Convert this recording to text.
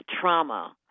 trauma